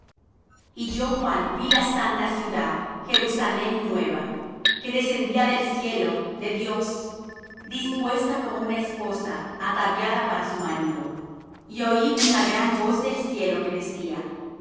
y yo juan vi la santa ciudad jerusalem nueva que descendía del cielo de dios dispuesta como una esposa ataviada para su marido y oí una gran voz del cielo que decía